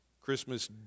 Christmas